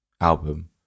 album